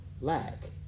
lack